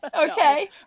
Okay